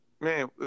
man